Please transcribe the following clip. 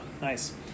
nice